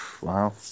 Wow